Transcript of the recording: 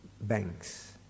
banks